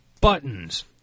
buttons